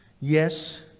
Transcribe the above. yes